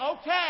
okay